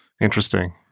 Interesting